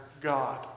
God